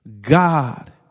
God